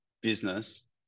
business